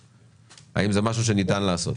האם זה משהו שניתן לעשות?